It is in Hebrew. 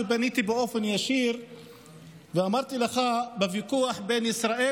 פניתי באופן ישיר ואמרתי לך: בוויכוח בין ישראל